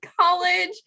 college